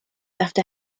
after